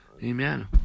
Amen